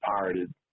pirated